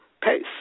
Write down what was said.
Pace